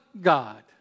God